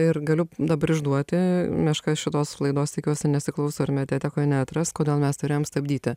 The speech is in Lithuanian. ir galiu dabar išduoti meška šitos laidos tikiuosi nesiklauso ir mediatekoje neatras kodėl mes turėjom stabdyti